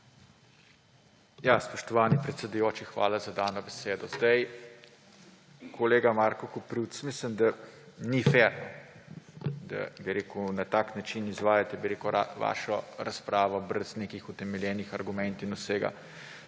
Spoštovani predsedujoči, hvala za dano besedo. Kolega Marko Koprivc, mislim, da ni fer, da na tak način izvajate vašo razpravo brez nekih utemeljenih argumentov in vsega.